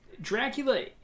Dracula